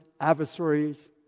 adversaries